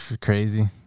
crazy